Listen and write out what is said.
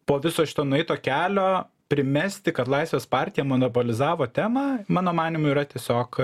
po viso šito nueito kelio primesti kad laisvės partija monopolizavo temą mano manymu yra tiesiog